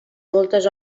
moltes